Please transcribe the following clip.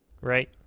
right